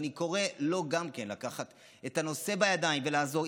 ואני קורא לו גם כן לקחת את הנושא בידיים ולעזור.